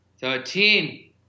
thirteen